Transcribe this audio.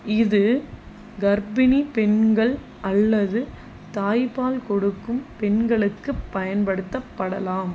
இது கர்ப்பிணிப் பெண்கள் அல்லது தாய்ப்பால் கொடுக்கும் பெண்களுக்கு பயன்படுத்தப்படலாம்